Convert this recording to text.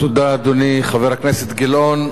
תודה, אדוני חבר הכנסת גילאון.